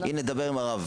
הנה, דבר עם הרב.